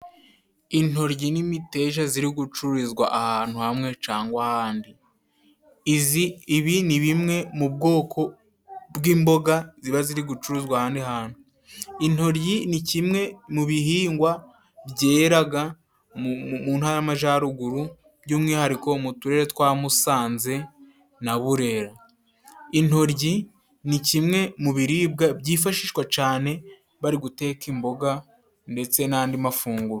Intoryi n'imiteja ziri gucururizwa ahantu hamwe cangwa ahandi. Izi, ibi ni bimwe mu bwoko bw'imboga ziba ziri gucuruzwa ahandi hantu. Intoryi ni kimwe mu bihingwa byeraga mu ntara y'amajyaruguru by'umwihariko mu turere twa Musanze na Burera. Intoryi ni kimwe mu biribwa byifashishwa cane bari guteka imboga ndetse n'andi mafunguro.